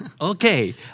Okay